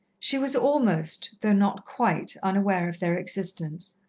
she was almost, though not quite, unaware of their existence,